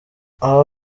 aba